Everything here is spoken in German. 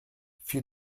für